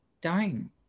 dying